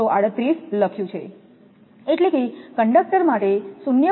238 લખ્યું છે એટલે કે કંડક્ટર માટે 0